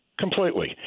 Completely